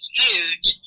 huge